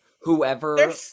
whoever